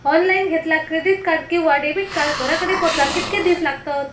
Online घेतला credit card किंवा debit card घराकडे पोचाक कितके दिस लागतत?